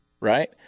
right